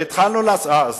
והתחלנו, מה